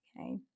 okay